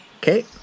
Okay